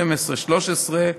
12 13,